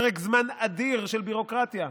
פרק זמן אדיר של ביורוקרטיה.